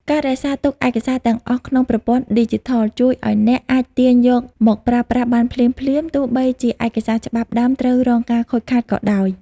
ការរក្សាទុកឯកសារទាំងអស់ក្នុង ប្រព័ន្ធឌីជីថល ជួយឱ្យអ្នកអាចទាញយកមកប្រើប្រាស់បានភ្លាមៗ ទោះបីជាឯកសារច្បាប់ដើមត្រូវរងការខូចខាតក៏ដោយ។